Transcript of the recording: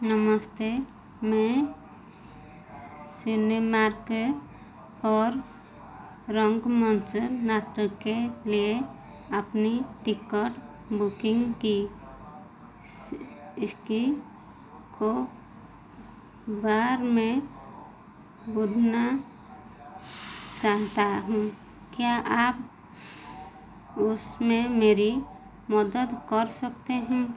नमस्ते मैं सिनेमार्क पर रंगमंच नाटक के लिए अपनी टिकट बुकिंग की स्थिति को बार में बुदना चाहता हूँ क्या आप उसमें मेरी मदद कर सकते हैं